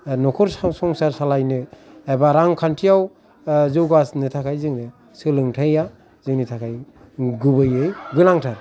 न'खर संसार सालायनो एबा रांखन्थिआव जौगानो थाखाय जोङो सोलोंथायआ जोंनि थाखाय गुबैयै गोनांथार